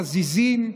חזיזים,